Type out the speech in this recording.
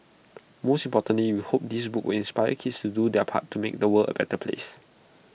most importantly we hope this book will inspire kids to do their part to make the world A better place